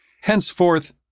henceforth